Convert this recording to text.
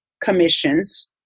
commissions